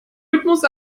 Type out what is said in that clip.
rhythmus